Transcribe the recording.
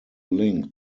link